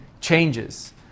changes